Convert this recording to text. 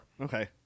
Okay